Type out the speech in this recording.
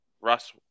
Russ